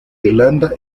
irlanda